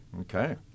Okay